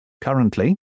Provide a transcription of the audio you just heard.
Currently